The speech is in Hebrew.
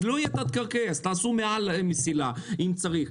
אז לא יהיה תת קרקעי, אז תעשו מעל המסילה אם צריך.